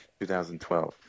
2012